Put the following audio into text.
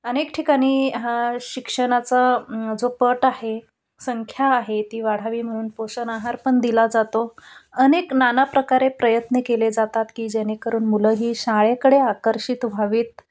अनेक ठिकाणी हा शिक्षणाचा जो पट आहे संख्या आहे ती वाढावी म्हणून पोषण आहार पण दिला जातो अनेक नाना प्रकारे प्रयत्न केले जातात की जेणेकरून मुलंही शाळेकडे आकर्षित व्हावीत